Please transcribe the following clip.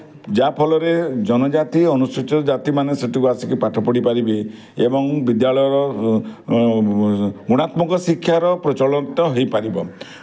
ଯାହାଫଳରେ ଜନଜାତି ଅନୁସୂଚିତ ଜାତି ମାନେ ସେଠିକୁ ଆସିକି ପାଠ ପଢ଼ି ପାରିବେ ଏବଂ ବିଦ୍ୟାଳୟର ଗୁଣାତ୍ମକ ଶିକ୍ଷାର ପ୍ରଚଳନତ ହେଇପାରିବ